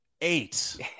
Eight